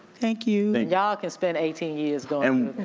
thank you. y'all can spent eighteen years going